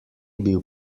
bil